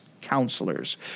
counselors